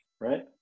Right